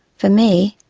for me,